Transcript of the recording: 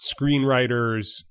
screenwriters